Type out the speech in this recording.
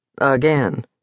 again